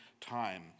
time